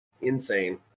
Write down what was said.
insane